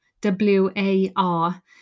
W-A-R